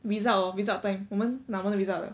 result hor result time 我们拿我们 result 了